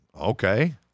okay